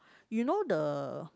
you know the